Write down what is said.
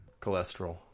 Cholesterol